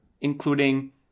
including